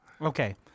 Okay